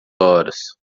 horas